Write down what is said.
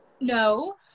no